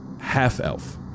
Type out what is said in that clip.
half-elf